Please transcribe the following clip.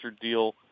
deal